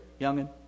youngin